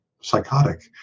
psychotic